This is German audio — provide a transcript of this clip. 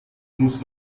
muss